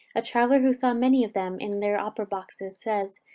a traveller who saw many of them in their opera boxes, says,